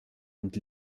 und